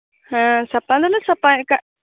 ᱦᱮᱸ ᱥᱟᱯᱟ ᱫᱚᱞᱮ ᱥᱟᱯᱟᱭᱮᱜ ᱠᱟᱜ